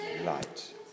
light